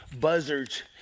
buzzards